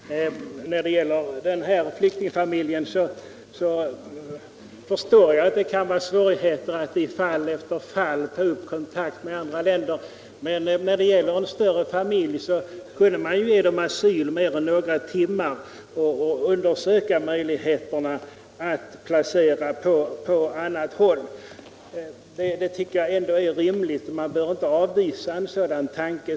Herr talman! När det gäller den här flyktingfamiljen förstår jag att det kan vara svårt att i fall efter fall ta kontakt med andra länder. Men när det är fråga om en större familj kunde man ju ge den asvl mer än några timmar och undersöka möjligheterna att placera den på annat håll. Det tycker jag ändå är rimligt. Man behöver inte avvisa en sådan tanke.